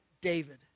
David